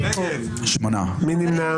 מי נמנע?